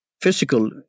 physical